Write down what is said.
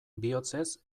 bihotzez